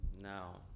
now